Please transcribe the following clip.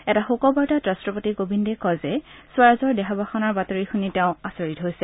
এটা শোকবাৰ্তাত ৰাট্টপতি কোবিন্দে কয় যে স্বৰাজৰ দেহাৱসানৰ বাতৰি শুনি তেওঁ আচৰিত হৈছে